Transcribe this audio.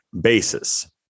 basis